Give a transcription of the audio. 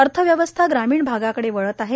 अर्थव्यवस्था ग्रामीण भागाकडे वळत आहे